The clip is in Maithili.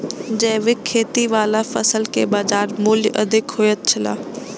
जैविक खेती वाला फसल के बाजार मूल्य अधिक होयत छला